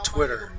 Twitter